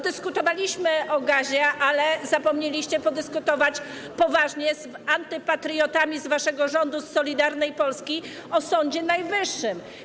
Dyskutowaliśmy o gazie, ale zapomnieliście podyskutować poważnie z antypatriotami z waszego rządu, z Solidarnej Polski, o Sądzie Najwyższym.